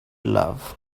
love